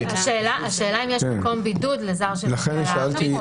השאלה אם יש מקום בידוד לזר שמגיע לארץ.